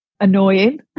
annoying